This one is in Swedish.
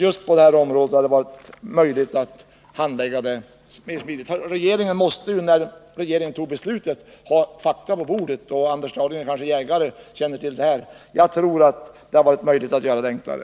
Just den här saken hade det varit möjligt att handlägga smidigt. Regeringen måste, när den fattade sitt beslut, ha haft fakta på bordet. Anders Dahlgren är kanske jägare och känner till det här. Jag tror att det hade varit möjligt att göra det enklare.